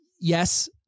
yes